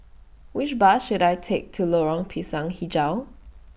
Which Bus should I Take to Lorong Pisang Hijau